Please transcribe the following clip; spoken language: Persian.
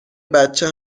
بچه